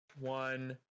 one